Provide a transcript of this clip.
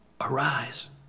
arise